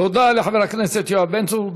תודה לחבר הכנסת יואב בן צור.